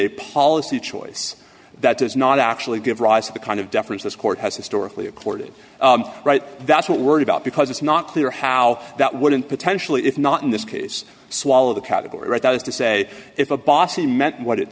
a policy choice that does not actually give rise to the kind of deference this court has historically accorded right that's what we're about because it's not clear how that wouldn't potentially if not in this case swallow the category right that is to say if a bossy meant what it